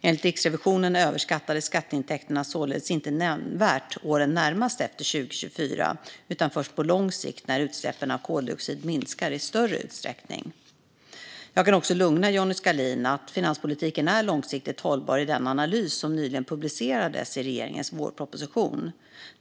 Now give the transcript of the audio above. Enligt Riksrevisionen överskattas skatteintäkterna således inte nämnvärt åren närmast efter 2024 utan först på lång sikt när utsläppen av koldioxid minskar i större utsträckning. Jag kan också lugna Johnny Skalin med att finanspolitiken, i den analys som nyligen publicerades i regeringens vårproposition, är långsiktigt hållbar.